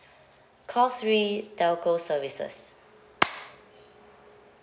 call three telco services